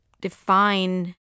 define